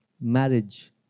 Marriage